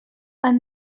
han